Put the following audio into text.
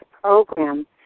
program